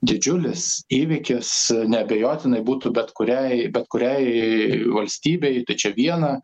didžiulis įvykis neabejotinai būtų bet kuriai bet kuriai valstybei tai čia viena